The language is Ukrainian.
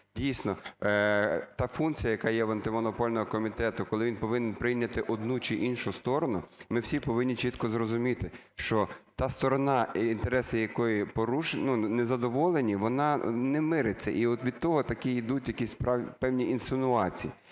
Дійсно, та функція, яка є в Антимонопольного комітету, коли він повинен прийняти одну чи іншу сторону, ми всі повинні чітко зрозуміти, що та сторона, інтереси якої порушені, не задоволені, вона не мириться, і от від того такі йдуть якісь певні інсинуації.